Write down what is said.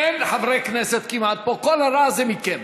אין פה כמעט חברי כנסת, כל הרעש זה מכם.